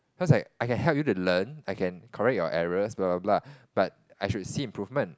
cause like I can help you to learn I can correct your errors blah blah blah but I should see improvement